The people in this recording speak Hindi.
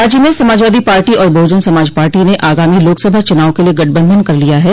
राज्य में समाजवादी पार्टी और बहुजन समाज पार्टी ने आगामी लोकसभा चुनाव के लिए गठबंधन कर लिया है